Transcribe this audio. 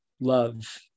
love